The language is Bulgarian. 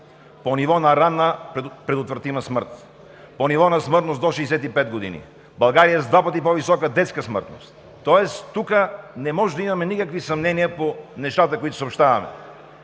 по ниво на ранна предотвратима смърт; по ниво на смъртност до 65 години. България е с два пъти по-висока детска смъртност. Тоест, тука не можем да имаме никакви съмнения по нещата, които съобщаваме,